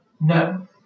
no